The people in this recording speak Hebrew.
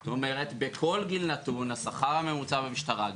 זאת אומרת בכל גיל נתון השכר הממוצע במשטרה,